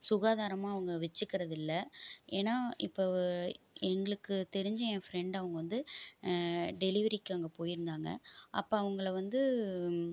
சுகாதாரமாக அவங்க வச்சிக்கிறது இல்லை ஏன்னால் இப்போ எங்களுக்கு தெரிஞ்ச என் ஃப்ரெண்டு அவங்க வந்து டெலிவரிக்கு அங்கே போயிருந்தாங்கள் அப்போ அவங்கள வந்து